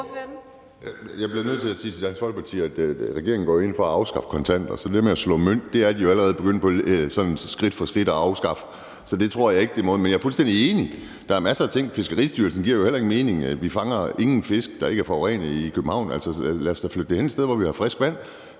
Jeg bliver jo nødt til at sige til Dansk Folkeparti, at regeringen går ind for at afskaffe kontanter. Så det med at slå mønt er de jo allerede begyndt på skridt for skridt at afskaffe. Så det tror jeg ikke er måden, men jeg er fuldstændig enig. Der er jo masser af ting. Med hensyn til Fiskeristyrelsen giver det jo heller ingen mening, at den er i København. Vi fanger ingen fisk, der ikke er forurenede, i København, så lad os da flytte det hen til et sted, hvor vi har frisk vand.